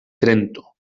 trento